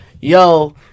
Yo